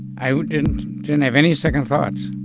i didn't didn't have any second thoughts.